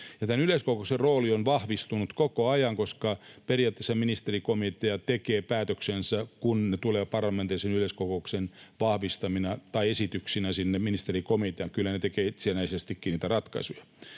Yleiskokouksen rooli on vahvistunut koko ajan, koska periaatteessa ministerikomitea tekee päätöksensä, kun ne tulevat parlamentaarisen yleiskokouksen esityksinä ministerikomiteaan — kyllä ne tekevät itsenäisestikin niitä ratkaisuja.